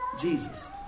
Jesus